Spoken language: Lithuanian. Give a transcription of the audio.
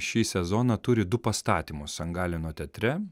šį sezoną turi du pastatymus san galeno teatre